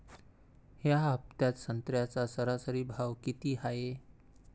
या हफ्त्यात संत्र्याचा सरासरी भाव किती हाये?